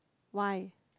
why